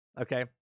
Okay